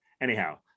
Anyhow